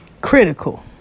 Critical